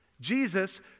Jesus